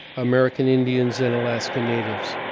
american indians and alaskan natives.